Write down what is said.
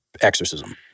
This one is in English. exorcism